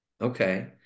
Okay